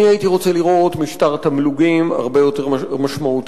אני הייתי רוצה לראות משטר תמלוגים הרבה יותר משמעותי,